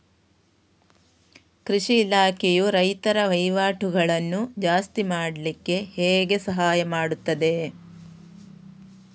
ಕೃಷಿ ಇಲಾಖೆಯು ರೈತರ ವಹಿವಾಟುಗಳನ್ನು ಜಾಸ್ತಿ ಮಾಡ್ಲಿಕ್ಕೆ ಹೇಗೆ ಸಹಾಯ ಮಾಡ್ತದೆ?